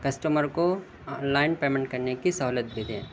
customer کو online payment کرنے کی سہولت دے دیں